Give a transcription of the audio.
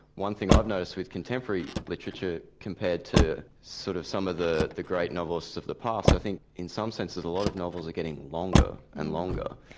one thing i've noticed with contemporary literature compared to sort of some of the the great novels of the past, i think that in some senses a lot of novels are getting longer and longer.